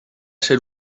ser